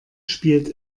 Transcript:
spielt